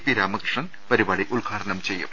P Ramakrishnan പരിപാടി ഉദ്ഘാടനം ചെയ്യും